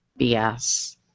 BS